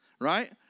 right